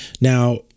Now